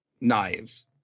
knives